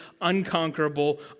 unconquerable